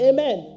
Amen